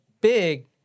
big